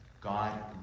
God